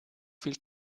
viel